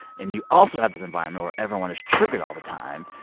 and you also have this environment where everyone is triggered all the time.